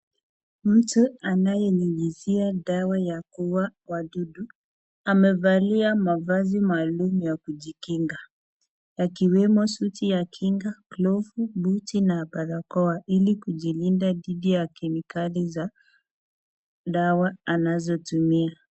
Mtu anayenyunyizia dawa ya kuuwa wadudu. Amevalia mavazi maalum ya kujikinga yakiwemo suti ya kinga, glovu , buti na barakoa ili kujilinda dhidi ya kemikali za dawa anazotumia.